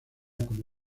como